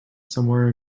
somewhere